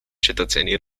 cetățenii